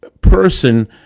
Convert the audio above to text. person